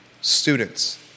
students